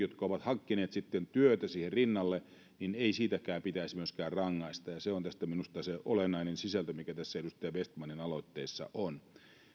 jotka ovat hankkineet sitten työtä siihen rinnalle ei pitäisi siitä myöskään rangaista ja se on minusta se olennainen sisältö mikä tässä edustaja vestmanin aloitteessa on